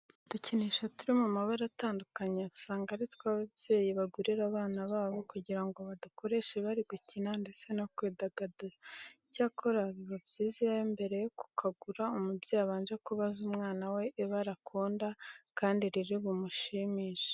Udukinisho turi mu mabara atandukanye usanga ari two ababyeyi bagurira abana babo kugira ngo badukoreshe bari gukina ndetse no kwidagadura. Icyakora biba byiza iyo mbere yo kukagura umubyeyi abanje kubaza umwana we ibara akunda kandi riri bumushimishe.